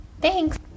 Thanks